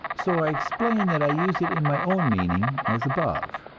so i explain that i use it in my own meaning, as above.